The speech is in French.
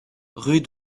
rue